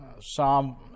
Psalm